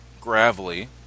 gravelly